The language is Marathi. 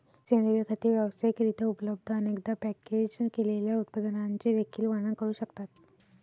सेंद्रिय खते व्यावसायिक रित्या उपलब्ध, अनेकदा पॅकेज केलेल्या उत्पादनांचे देखील वर्णन करू शकतात